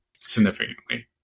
significantly